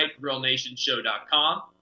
grillnationshow.com